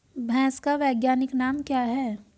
भैंस का वैज्ञानिक नाम क्या है?